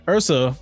Ursa